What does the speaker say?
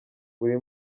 buri